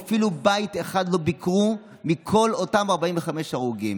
אפילו בית אחד לא ביקרו מכל אותם 45 הרוגים.